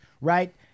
right